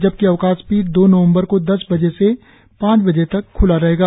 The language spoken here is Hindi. जबकि अवकाश पीठ दो नवंबर को दस बजे से पांच बजे तक ख्ला रहेगा